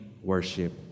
worship